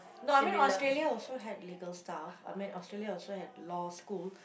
no I mean Australia also had legal stuff I mean Australia also had Law school